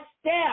step